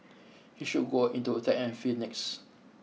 he should go into a track and field next